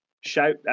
Shout